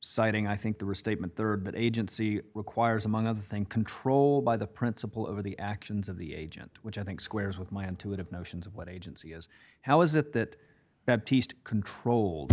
citing i think the restatement there are that agency requires among other things controlled by the principle of the actions of the agent which i think squares with my intuitive notions of what agency is how is that now controlled